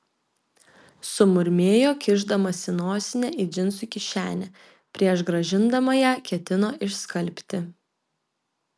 sumurmėjo kišdamasi nosinę į džinsų kišenę prieš grąžindama ją ketino išskalbti